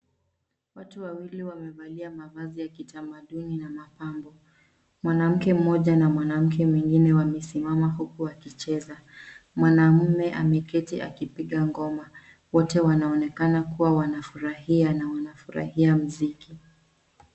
Watu wawili wamevalia mavazi ya kitamaduni na mapambo. Mwanamke mmoja na mwanamke mwingine wamesimama huku wakicheza. Mwanaume ameketi akipiga ngoma. Wote wanaonekana kuwa wanafurahia na wanafurahia mziki.